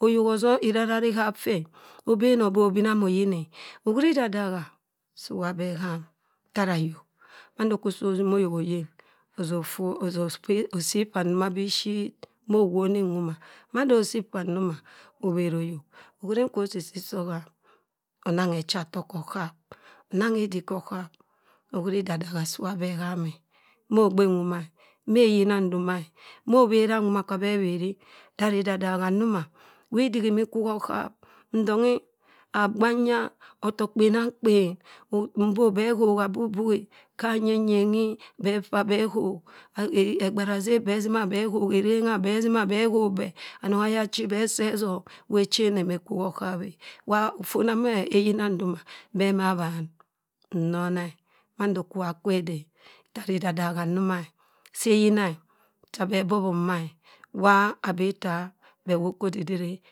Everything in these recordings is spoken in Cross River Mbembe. . Oyok osor ararari kha ffe. obenoh beh bina moyin e. ohuri adadagha siwa beh ham tara ayok mando si kwo osima ayok oyin oso osi ibha njoma bishit, moh owoni nwoma. Mada osi ibha ndoma, obhera oyok ohuri nkwo sisi soham, onanghe ochatok khosap. onengha edik khosap. ohuri idadagha siwa beh ham e. mo ogbe nwoma e, meh eyina ndoma, mo abhera nwoma kwa abeh abheri tara idadaha ndoma. widik inima ikwu kha oghap. ntonghi, agbanya, otokpenamkpen, mbo beh khok abughi bughi kha anye nyeghi beh bhaa beh khok. Egbara zerr beh sima beh khok, evengha beh sima beh khok. Anong aya bechi beh seh osom. iwa echen eme kwu khoghap e. wa fona meh eyina ndoma, beh ma abhan nnona e. mando kwu waa akwe ede e. Tara idadagha ndoma e. sa eyina e cha beh bobhom mma e, wa abi ittaa, beh wop kho odidiri e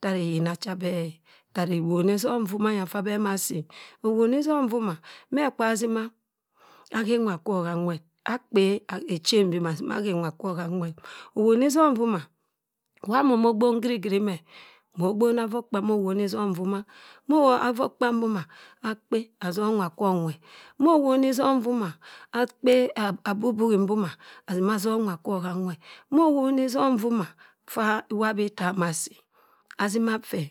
tara eyina cha beh e. Tara owoni som vonya ffa beh mma asii. owoni sọm nvoma, mekwa azima, aghe nwa kwo kha anwet, akpe echen mboma, assima akhe nwa kwo ghanwet. owoni sọm nvoma, ohamin ogbong hirihiri meh. mo ogbom affokpa mo owoni som nvoma, ma affokpa mboma, akpe assom nwa kwo nwerr, akpe abuhi buhi mboma assim asom nwa kwo hanwerr. mo owoni som nvoma ffa iwa abi ittaa ama si asima ffa